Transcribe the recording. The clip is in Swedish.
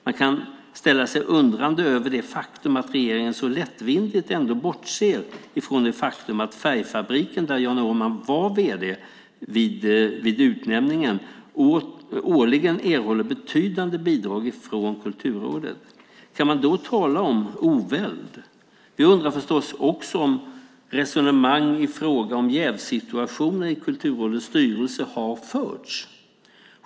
Man kan ställa sig undrande inför detta att regeringen så lättvindigt ändå bortser från det faktum att Färgfabriken, där Jan Åman var vd vid utnämningen, årligen erhåller betydande bidrag från Kulturrådet. Kan man då tala om oväld? Jag undrar förstås också om resonemang i fråga om jävssituationer i Kulturrådets styrelse har förts.